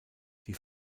die